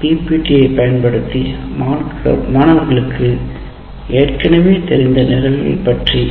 பிபிடியைப் பயன்படுத்தி மாணவர்களுக்கு ஏற்கனவே தெரிந்த நிரல்கள் பற்றி